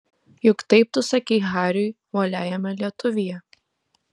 juk taip tu sakei hariui uoliajame lietuvyje